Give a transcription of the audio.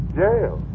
jail